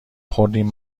خوردیم